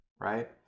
right